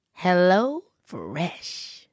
HelloFresh